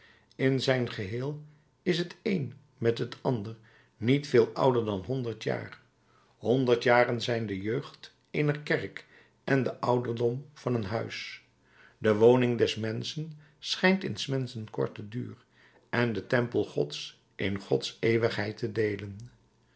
in zijn geheel is t een met t ander niet veel ouder dan honderd jaar honderd jaren zijn de jeugd eener kerk en de ouderdom van een huis de woning des menschen schijnt in s menschen korten duur en de tempel gods in gods eeuwigheid te deelen